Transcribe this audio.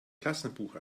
klassenbuch